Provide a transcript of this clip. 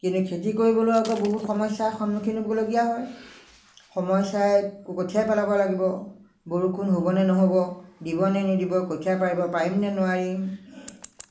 কিন্তু খেতি কৰিবলৈ আকৌ বহুত সমস্যাৰ সন্মুখীন হ'বলগীয়া হয় সময় চাই কঠিয়া পেলাব লাগিব বৰষুণ হ'বনে নহ'ব দিব নে নিদিব কঠিয়া পাৰিব পাৰিম নে নোৱাৰিম